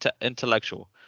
intellectual